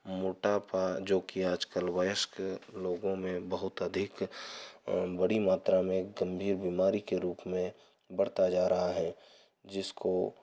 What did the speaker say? मोटापा जो कि आजकल वयस्क लोगों में बहुत अधिक बड़ी मात्रा में गंभीर बीमारी के रूप में बढ़ता जा रहा है जिसको